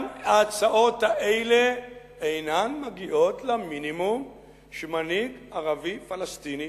גם ההצעות האלה אינן מגיעות למינימום שמנהיג ערבי פלסטיני